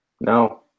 No